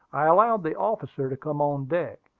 i allowed the officer to come on deck.